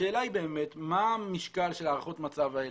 השאלה היא באמת מה המשקל של הערכות המצב האלה,